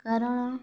କାରଣ